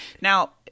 Now